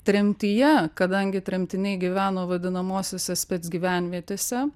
tremtyje kadangi tremtiniai gyveno vadinamosiose spec gyvenvietėse